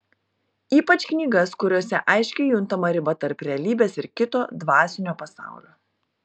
ypač knygas kuriose aiškiai juntama riba tarp realybės ir kito dvasinio pasaulio